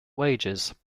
wages